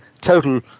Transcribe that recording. total